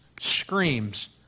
screams